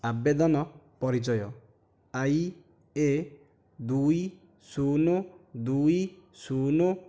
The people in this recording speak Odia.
ଆବେଦନ ପରିଚୟ ଆଇ ଏ ଦୁଇ ଶୂନ ଦୁଇ ଶୂନ